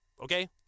Okay